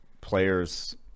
players